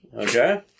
Okay